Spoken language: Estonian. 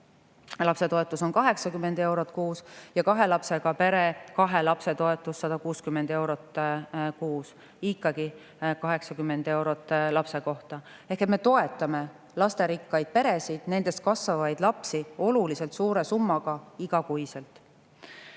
lapse toetus on 80 eurot kuus ja kahe lapsega pere kahe lapse toetus 160 eurot kuus, ikkagi 80 eurot lapse kohta. Ehk me toetame lasterikkaid peresid, nendes kasvavaid lapsi oluliselt suurema summaga igakuiselt.